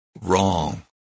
Wrong